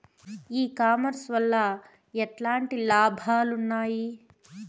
ఈ కామర్స్ వల్ల ఎట్లాంటి లాభాలు ఉన్నాయి?